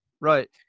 Right